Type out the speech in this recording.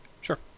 Sure